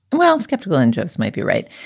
well, skeptical and just might be right.